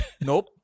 nope